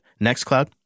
NextCloud